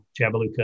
Jabaluka